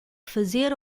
fazer